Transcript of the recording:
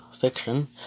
fiction